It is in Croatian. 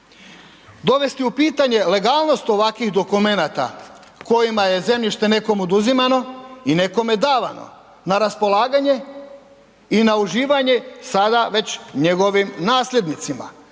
Dovesti u pitanje legalnost ovakvih dokumenata kojima je zemljište nekom oduzimano i nekome davano na raspolaganje i na uživanje sada već njegovim nasljednicima,